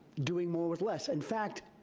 doing more with less. in fact,